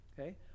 Okay